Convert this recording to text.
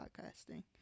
podcasting